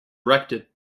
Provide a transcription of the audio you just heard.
erected